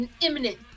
imminent